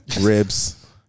ribs